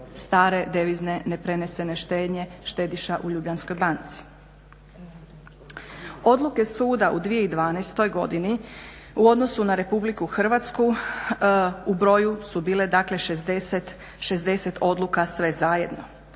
stare devizne neprenesene štednje štediša u Ljubljanskoj banci. Odluke suda u 2012. godini u odnosu na RH u broju su bile, dakle 60 odluka sve zajedno.